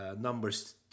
numbers